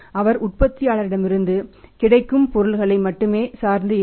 அவர் உற்பத்தியாளர்களிடமிருந்து கிடைக்கும் பொருட்களை மட்டுமே சார்ந்து இல்லை